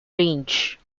range